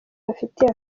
bafitiye